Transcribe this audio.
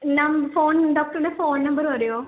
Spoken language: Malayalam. നം ഫോൺ ഡോക്ടറുടെ ഫോൺ നമ്പർ പറയുമോ